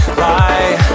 lie